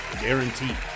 guaranteed